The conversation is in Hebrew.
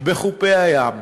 בחופי הים.